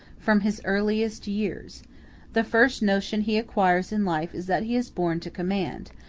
from his earliest years the first notion he acquires in life is that he is born to command,